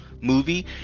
movie